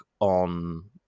on